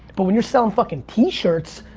but when you're selling fuckin' t-shirts,